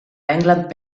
england